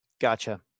Gotcha